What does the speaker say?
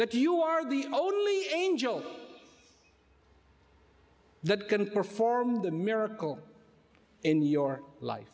that you are the only angel that can perform the miracle in your life